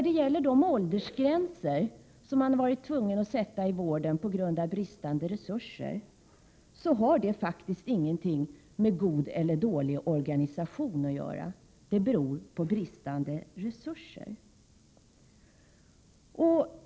De åldersgränser som man på grund av bristande resurser varit tvungen att sätta inom vården har faktiskt ingenting med god eller dålig organisation att göra. De beror på bristande resurser.